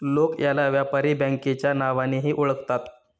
लोक याला व्यापारी बँकेच्या नावानेही ओळखतात